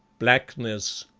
blackness,